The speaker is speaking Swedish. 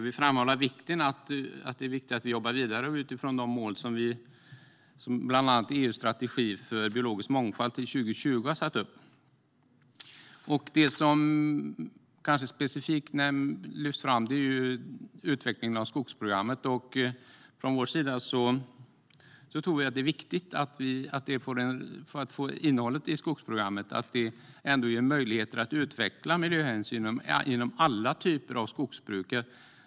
Vi framhåller vikten av att jobba vidare utifrån de mål som bland annat EU:s strategi för biologisk mångfald till 2020 har satt upp. Det som specifikt lyfts fram är utvecklingen av skogsprogrammet. Vi tror att innehållet i skogsprogrammet ger möjlighet att utveckla miljöhänsynen inom alla typer av skogsbruk.